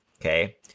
okay